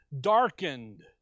darkened